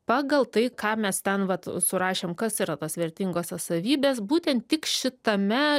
pagal tai ką mes ten vat surašėm kas yra tos vertingosios savybės būtent tik šitame